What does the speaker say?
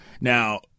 Now